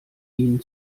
ihnen